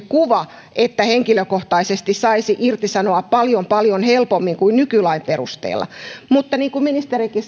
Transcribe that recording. kuva että henkilökohtaisesti saisi irtisanoa paljon paljon helpommin kuin nykylain perusteella mutta niin kuin ministerikin